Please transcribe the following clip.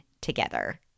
together